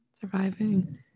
Surviving